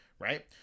right